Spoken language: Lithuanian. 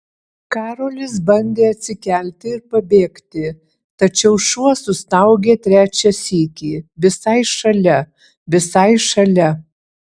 karolis bandė atsikelti ir pabėgti tačiau šuo sustaugė trečią sykį visai šalia visai šalia